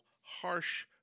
harsh